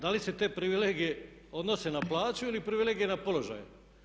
Da li se te privilegije odnose na plaću ili privilegije na položaj.